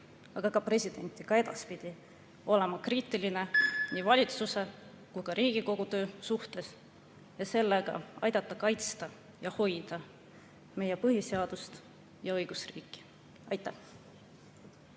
aga ka presidenti ka edaspidi olla kriitiline nii valitsuse kui ka Riigikogu töö suhtes, et sellega aidata kaitsta ja hoida meie põhiseadust ja õigusriiki. Aitäh!